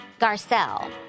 Garcelle